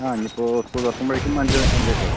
ആ ഇനി ഇപ്പോൾ സ്കൂൾ തുറക്കുമ്പോഴേക്കും അഞ്ച് അഞ്ചുവയസ്സാകും